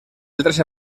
altres